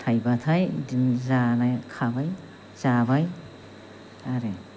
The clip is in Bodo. थाइबाथाय बिदिनो जानो खाबाय जाबाय आरो